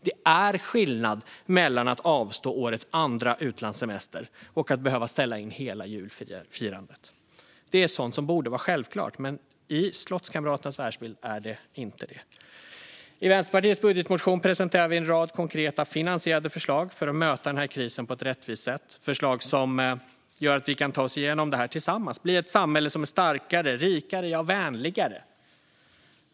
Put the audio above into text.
Det är skillnad mellan att avstå årets andra utlandssemester och att behöva ställa in hela julfirandet. Det är sådant som borde vara självklart, men i slottskamraternas världsbild är det inte det. I Vänsterpartiets budgetmotion presenteras en rad konkreta finansierade förslag för att möta krisen på ett rättvist sätt - förslag som gör att vi kan ta oss igenom detta tillsammans och bli ett samhälle som är starkare, rikare och ja, vänligare.